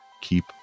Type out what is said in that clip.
keep